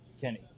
Kenny